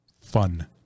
fun